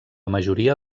majoria